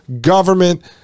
Government